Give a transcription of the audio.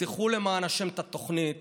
למען השם, פתחו את התוכנית